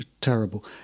terrible